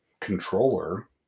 controller